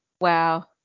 wow